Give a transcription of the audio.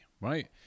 right